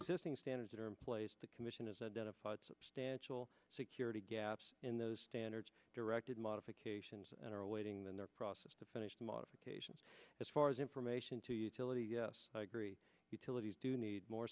existing standards that are in place the commission has identified substantial security gaps in those standards directed modifications and are awaiting their process to finish the modifications as far as information to utility yes i agree utilities do need more